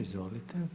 Izvolite.